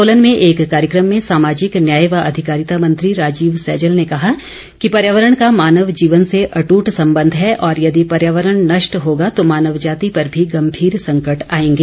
सोलन में एक कार्यक्रम में सामाजिक न्याय व अधिकारिता मंत्री राजीव सहजल ने कहा कि पर्यावरण का मानव जीवन से अटूट संबंध है और यदि पर्यावरण नष्ट होगा तो मानव जाति पर भी गम्भीर संकट आएंगे